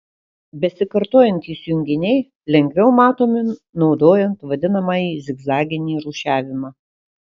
besikartojantys junginiai lengviau matomi naudojant vadinamąjį zigzaginį rūšiavimą